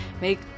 make